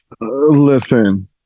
Listen